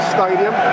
Stadium